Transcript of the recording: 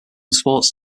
sports